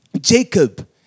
Jacob